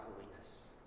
holiness